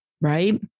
Right